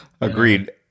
Agreed